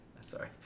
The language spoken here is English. Sorry